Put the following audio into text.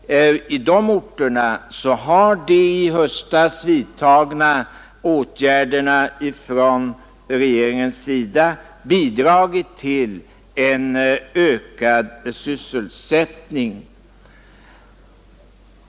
I de orterna har de åtgärder som i höstas vidtogs från regeringens sida bidragit till en ökad sysselsättning.